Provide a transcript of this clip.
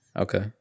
Okay